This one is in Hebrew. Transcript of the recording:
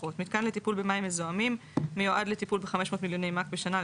לפחות מיתקן לטיפול במים מזוהמים מיועד לטיפול ב-500 מיליוני מ"ק בשנה,